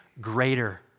greater